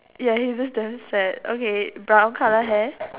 ya he looks damn sad okay brown colour hair